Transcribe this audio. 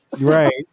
Right